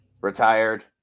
Retired